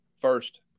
First